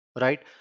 right